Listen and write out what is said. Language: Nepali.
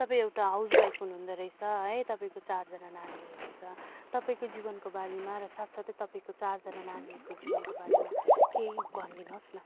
तपाईँ एउटा हाउसवाइफ हुनुहुँदो रहेछ है तपाईँको चारजना नानीहरू रहेछ तपाईँको जीवनको बारेमा र साथ साथै तपाईँको चारजना नानीहरूको जीवनको बारेमा केही भन्दिनुहोस् न